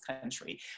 country